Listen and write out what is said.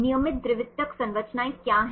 नियमित द्वितीयक संरचनाएं क्या हैं